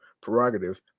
prerogative